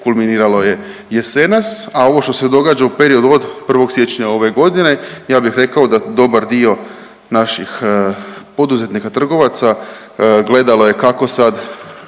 Kulminiralo je jesenas, a ovo što se događa u periodu od 1. siječnja ove godine ja bih rekao da dobar dio naših poduzetnika, trgovaca gledalo je kako sad